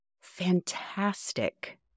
fantastic